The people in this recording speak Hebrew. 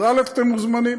אז אתם מוזמנים.